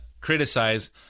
criticize